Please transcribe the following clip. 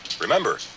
Remember